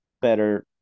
better